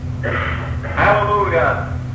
Hallelujah